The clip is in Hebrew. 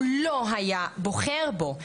הוא לא היה בוחר בו.